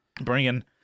bringing